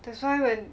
that's why when